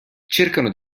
cercano